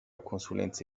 consulenza